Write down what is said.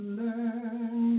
learn